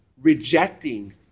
rejecting